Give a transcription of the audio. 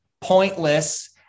pointless